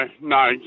no